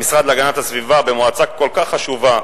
המשרד להגנת הסביבה במועצה כל כך חשובה,